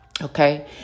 Okay